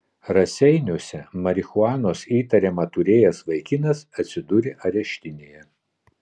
raseiniuose marihuanos įtariama turėjęs vaikinas atsidūrė areštinėje